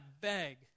beg